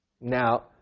Now